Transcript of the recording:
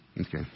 Okay